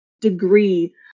degree